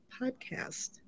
podcast